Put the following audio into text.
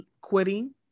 quitting